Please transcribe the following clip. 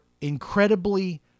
incredibly